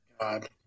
god